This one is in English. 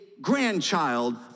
grandchild